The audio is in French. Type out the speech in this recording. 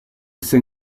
cinq